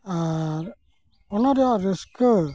ᱟᱨ ᱚᱱᱟ ᱨᱮᱭᱟᱜ ᱨᱟᱹᱥᱠᱟᱹ